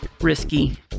risky